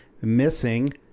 missing